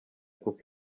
kuko